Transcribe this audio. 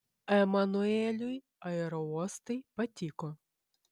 emanueliui aerouostai patiko